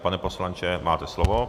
Pane poslanče, máte slovo.